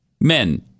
men